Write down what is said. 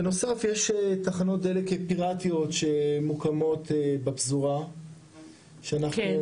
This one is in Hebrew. בנוסף יש תחנות דלק פיראטיות שמוקמות בפזורה שאנחנו